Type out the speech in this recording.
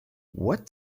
what